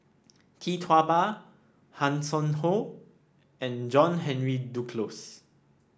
Tee Tua Ba Hanson Ho and John Henry Duclos